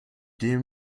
dem